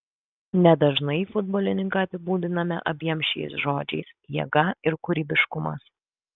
nedažnai futbolininką apibūdiname abiem šiais žodžiais jėga ir kūrybiškumas